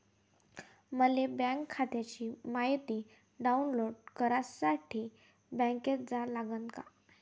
मले बँक खात्याची मायती डाऊनलोड करासाठी बँकेत जा लागन का?